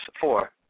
four